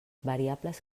variables